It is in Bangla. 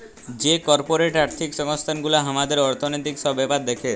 যে কর্পরেট আর্থিক সংস্থান গুলা হামাদের অর্থনৈতিক সব ব্যাপার দ্যাখে